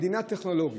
מדינה טכנולוגית,